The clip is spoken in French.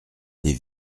des